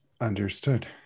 Understood